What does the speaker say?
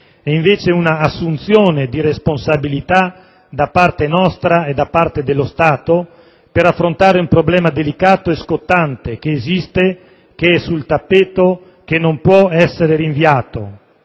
è, invece, un'assunzione di responsabilità da parte nostra e da parte dello Stato, per affrontare un problema delicato e scottante, che esiste, è sul tappeto e non può essere rinviato.